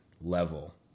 level